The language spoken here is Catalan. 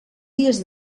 dies